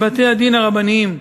בבתי-הדין הרבניים,